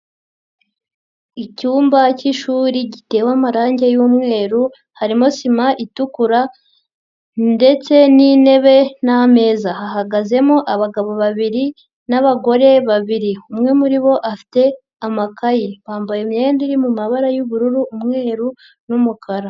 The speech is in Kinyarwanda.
Icyumba k'ishuri gitewe amarange y'umweru harimo sima itukura ndetse n'intebe n'ameza, hahagazemo abagabo babiri n'abagore babiri, umwe muri bo afite amakaye, bambaye imyenda iri mu mabara y'ubururu, umweru n'umukara.